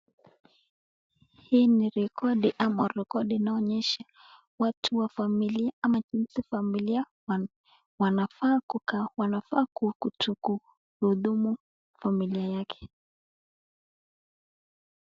Hii ni rekodi ama rekodi inaonyesha watu wa familia ama jinsi familia wanafaa kukaa, wanafaa kutodhulumu familia yake.